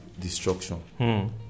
destruction